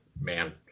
man